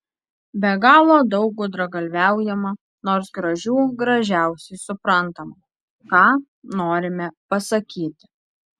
be galo daug gudragalviaujama nors gražių gražiausiai suprantama ką norime pasakyti